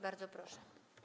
Bardzo proszę.